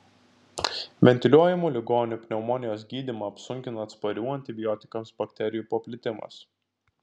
ventiliuojamų ligonių pneumonijos gydymą apsunkina atsparių antibiotikams bakterijų paplitimas